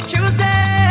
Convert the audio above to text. Tuesday